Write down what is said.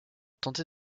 tenter